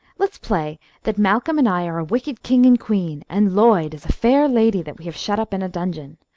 let's play that malcolm and i are a wicked king and queen and lloyd is a fair ladye that we have shut up in a dungeon.